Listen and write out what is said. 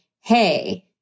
hey